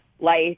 life